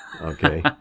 Okay